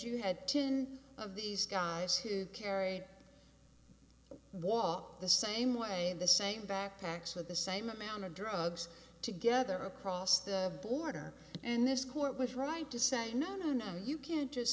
you have tuned of these guys who carry was the same way the same backpacks with the same amount of drugs together across the border and this court was right to say no no no you can't just